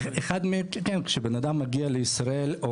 שבנאדם מגיע לישראל,